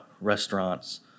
restaurants